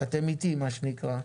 אתם איתי, מה שנקרא.